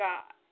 God